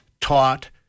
taught